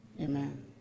Amen